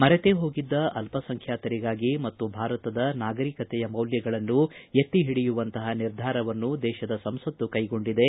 ಮರೆತೇಹೋಗಿದ್ದ ಅಲ್ಪಸಂಖ್ಯಾತರಿಗಾಗಿ ಮತ್ತು ಭಾರತದ ನಾಗರಿಕತೆಯ ಮೌಲ್ವಗಳನ್ನು ಎತ್ತಿ ಹಿಡಿಯುವಂತಹ ನಿರ್ಧಾರವನ್ನು ದೇಶದ ಸಂಸತ್ತು ಕ್ಲೆಗೊಂಡಿದೆ